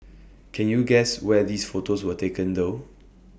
can you guess where these photos were taken though